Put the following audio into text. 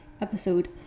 episode